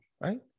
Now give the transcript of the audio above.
right